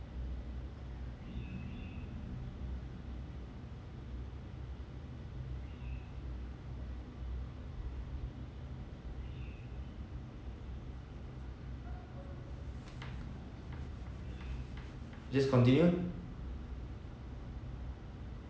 just continue